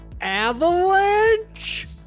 Avalanche